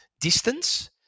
distance